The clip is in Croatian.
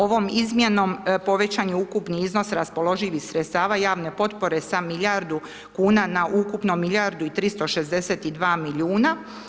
Ovom izmjenom povećan je ukupan iznos raspoloživih sredstava javne potpore sa milijardu kn, na ukupnu milijardu i 362 milijuna.